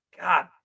God